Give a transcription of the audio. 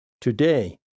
today